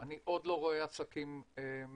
אני עוד לא רואה עסקים מאמצים